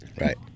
Right